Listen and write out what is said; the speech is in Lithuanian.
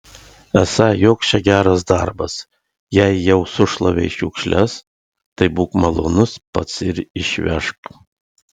esą joks čia geras darbas jei jau sušlavei šiukšles tai būk malonus pats ir išvežk